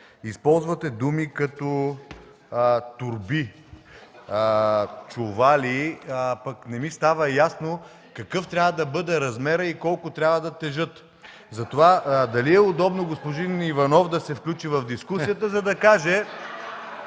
Използвате думи като „торби”, „чували”, пък не ми става ясно какъв трябва да бъде размерът и колко трябва да тежат. Дали е удобно господин Иванов да се включи в дискусията, за да каже